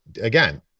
again